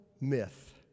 myth